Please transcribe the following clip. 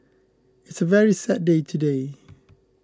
it's a very sad day today